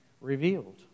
revealed